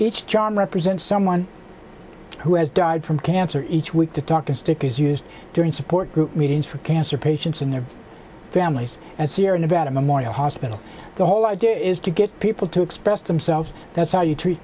each john represents someone who has died from cancer each week to talk and stick is used during support group meetings for cancer patients and their families and sierra nevada memorial hospital the whole idea is to get people to express themselves that's how you treat